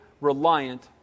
reliant